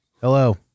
Hello